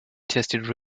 tasted